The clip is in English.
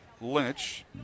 Lynch